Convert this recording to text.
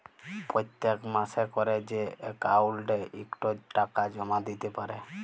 পত্তেক মাসে ক্যরে যে অক্কাউল্টে ইকট টাকা জমা দ্যিতে পারে